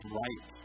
right